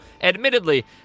admittedly